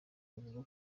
bavuga